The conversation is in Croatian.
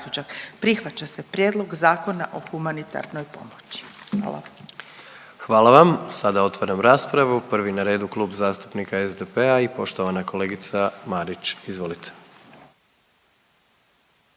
Prihvaća se Prijedlog Zakona o humanitarnoj pomoći. Hvala. **Jandroković, Gordan (HDZ)** Hvala vam. Sada otvaram raspravu, prvi na redu Klub zastupnika SDP-a i poštovana kolegica Marić, izvolite.